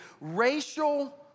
racial